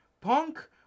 Punk